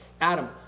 Adam